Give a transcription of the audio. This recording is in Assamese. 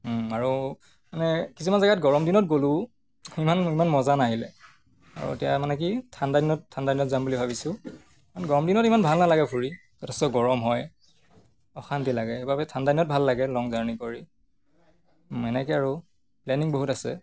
আৰু মানে কিছুমান জেগাত গৰম দিনত গ'লো ইমান ইমান মজা নাহিলে আৰু এতিয়া মানে কি ঠাণ্ডাদিনত ঠাণ্ডাদিনত যাম বুলি ভাবিছোঁ গৰম দিনত ইমান ভাল নালাগে ফুৰি যথেষ্ট গৰম হয় অশান্তি লাগে সেইবাবে ঠাণ্ডা দিনত ভাল লাগে লং জাৰ্ণি কৰি এনেকৈ আৰু প্লেনিং বহুত আছে